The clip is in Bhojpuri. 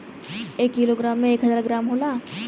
एक कीलो ग्राम में एक हजार ग्राम होला